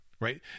right